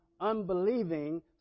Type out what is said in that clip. unbelieving